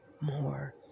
more